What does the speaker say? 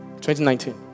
2019